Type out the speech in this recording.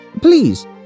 Please